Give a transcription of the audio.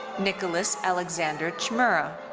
nicholas alexander chmura.